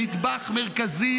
נדבך מרכזי